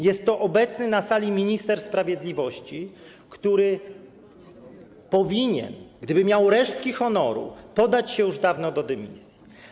Jest to obecny na sali minister sprawiedliwości, który powinien, gdyby miał resztki honoru, podać się już dawno do dymisji.